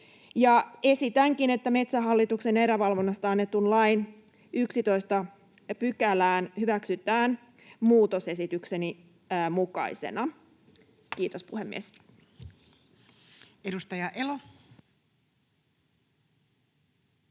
Esitänkin, että Metsähallituksen erävalvonnasta annetun lain 11 § hyväksytään muutosesitykseni mukaisena. — Kiitos, puhemies. [Speech 161]